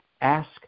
ask